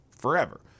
forever